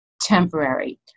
temporary